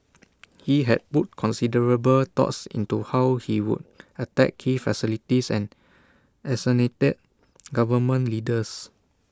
he had put considerable thoughts into how he would attack key facilities and assassinate government leaders